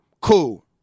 Cool